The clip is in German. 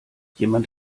jemand